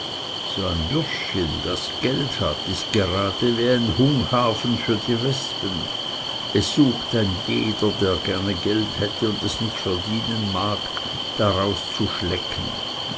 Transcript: so ein bürschchen das geld hat ist gerade wie ein hunghafen für die wepsen es sucht ein jeder der gerne geld hätte und es nicht verdienen mag daraus zu schlecken